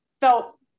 felt